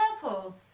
purple